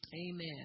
amen